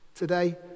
Today